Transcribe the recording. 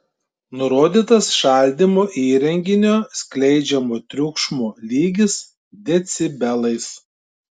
nurodytas šaldymo įrenginio skleidžiamo triukšmo lygis decibelais